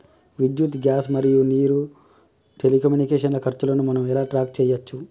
విద్యుత్ గ్యాస్ నీరు మరియు టెలికమ్యూనికేషన్ల ఖర్చులను మనం ఎలా ట్రాక్ చేయచ్చు?